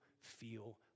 feel